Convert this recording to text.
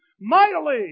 mightily